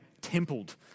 templed